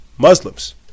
Muslims